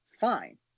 Fine